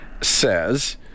says